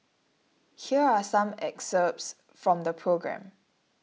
here are some excerpts from the programme